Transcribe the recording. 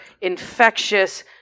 infectious